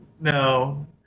No